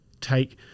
take